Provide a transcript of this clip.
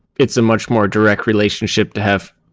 it's a much more direct relationship to have